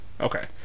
Okay